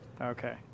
Okay